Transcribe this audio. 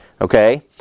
Okay